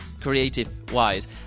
creative-wise